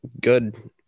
Good